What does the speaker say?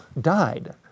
died